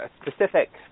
specific